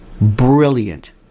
Brilliant